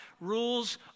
rules